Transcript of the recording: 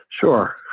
Sure